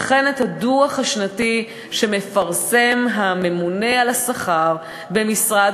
וכן את הדוח השנתי שהממונה על השכר במשרד